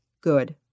good